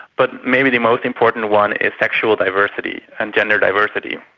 but maybe the most important one is sexual diversity and gender diversity.